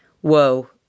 whoa